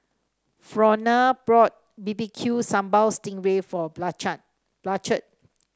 Fronia bought B B Q Sambal Sting Ray for Blanchard